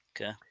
Okay